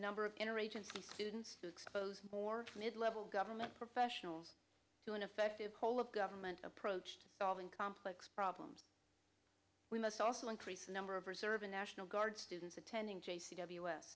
number of inner agency students exposed more mid level government professionals to an effective role of government approach to solving complex problems we must also increase the number of reserve and national guard students attending j c w